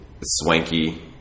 swanky